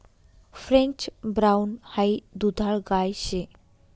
French brown हाई दुधाळ गाय शे